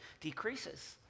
decreases